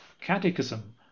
Catechism